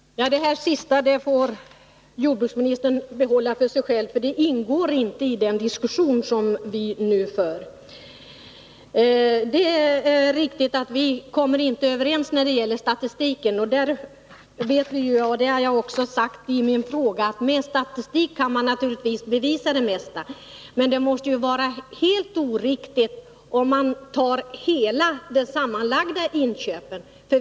Fru talman! Det här sista får jordbruksministern behålla för sig själv. Det ingår inte i den diskussion som vi nu för. Det är riktigt att vi inte kommer överens när det gäller statistiken, och jag har också anfört i min fråga att man naturligtvis kan bevisa det mesta med statistik. Men det måste vara helt oriktigt att utgå från hela summan av de sammanlagda inköpen.